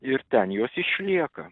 ir ten jos išlieka